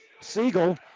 Siegel